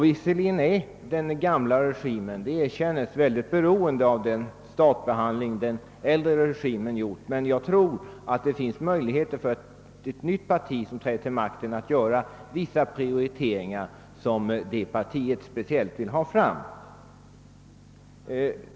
Visserligen är den nya regimen — det erkänns — mycket beroende av den statbehandling den äldre regimen gjort, men jag tror att det finns möjligheter för ett nytt parti som träder till makten att göra vissa prioriteringar som det senare partiet speciellt vill ha fram.